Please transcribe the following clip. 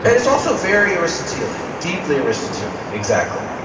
it is also very aristotelian, deeply aristotelian. exactly.